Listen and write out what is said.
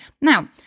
Now